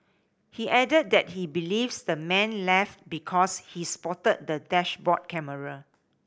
he added that he believes the man left because he spotted the dashboard camera